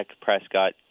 prescott